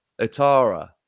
Atara